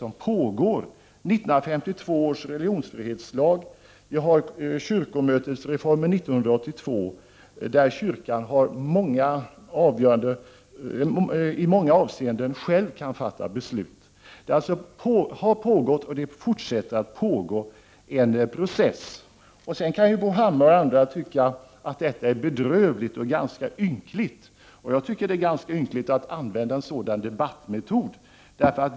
Här kan nämnas 1952 års religionsfrihetslag och kyrkomötesreformen 1982, genom vilken kyrkan nu i många avseenden själv kan fatta beslut. Det har alltså pågått och det fortsätter att pågå en process på detta område. Sedan kan Bo Hammar och andra anse att detta är bedrövligt och ganska ynkligt. Jag tycker att det är ganska ynkligt att använda en sådan debattmetod.